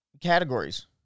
Categories